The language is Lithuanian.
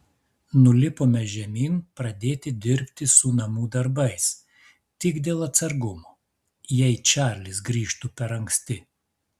nulipome žemyn pradėti dirbti su namų darbais tik dėl atsargumo jei čarlis grįžtų per anksti